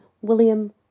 William